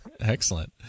Excellent